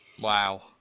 Wow